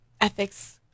ethics